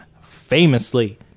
famously